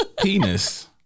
penis